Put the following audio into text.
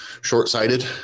short-sighted